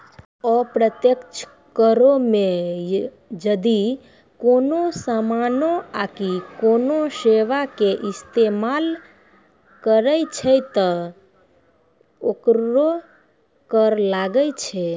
अप्रत्यक्ष करो मे जदि कोनो समानो आकि कोनो सेबा के इस्तेमाल करै छै त ओकरो कर लागै छै